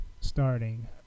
starting